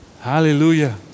hallelujah